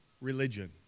religion